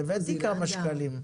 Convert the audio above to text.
והבאתי כמה שקלים.